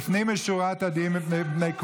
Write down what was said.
לפנים משורת הדין אני, שלמה